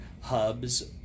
hubs